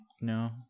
No